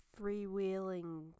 freewheeling